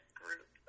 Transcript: group